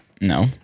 No